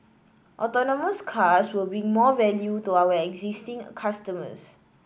autonomous cars will bring more value to our existing customers